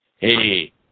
Hey